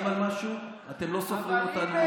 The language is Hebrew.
נדמה לי,